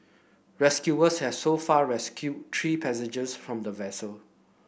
rescuers has so far rescued three passengers from the vessel